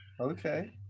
Okay